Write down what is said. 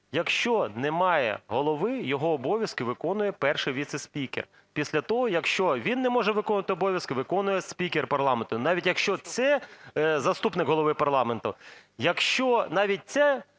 якщо немає Голови, його обов'язки виконує перший віцеспікер; після того, якщо він не може виконувати обов'язки, виконує спікер парламенту, навіть якщо це заступник голови парламенту. Якщо навіть це